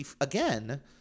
again